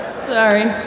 sorry.